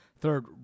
third